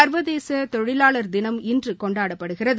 சர்வதேச தொழிலாளர் தினம் இன்று கொண்டாடப்படுகிறது